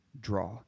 Draw